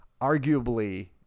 arguably